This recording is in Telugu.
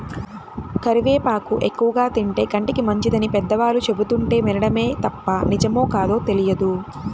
కరివేపాకు ఎక్కువగా తింటే కంటికి మంచిదని పెద్దవాళ్ళు చెబుతుంటే వినడమే తప్ప నిజమో కాదో తెలియదు